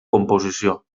composició